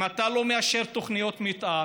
אם אתה לא מאשר תוכניות מתאר,